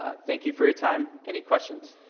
ah thank you for your time. any questions?